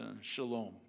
shalom